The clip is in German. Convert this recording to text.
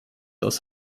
aus